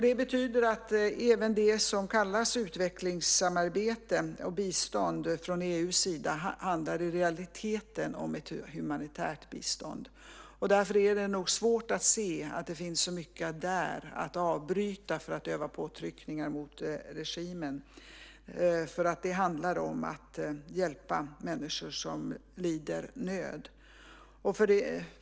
Det betyder att även det som kallas utvecklingssamarbete och bistånd från EU:s sida i realiteten handlar om ett humanitärt bistånd. Därför är det nog svårt att se att det finns så mycket där att avbryta för att utöva påtryckningar mot regimen. Det handlar om att hjälpa människor som lider nöd.